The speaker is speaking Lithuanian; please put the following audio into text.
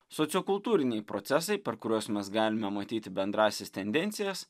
sociokultūriniai procesai per kuriuos mes galime matyti bendrąsias tendencijas